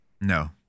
No